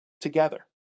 together